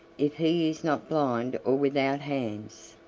if he is not blind or without hands.